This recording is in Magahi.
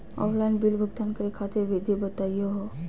ऑफलाइन बिल भुगतान करे खातिर विधि बताही हो?